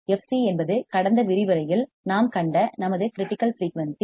fc என்பது கடந்த விரிவுரையில் நாம் கண்ட நமது கிரிட்டிக்கல் ஃபிரீயூன்சி